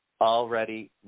already